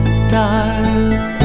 stars